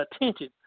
attention